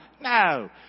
No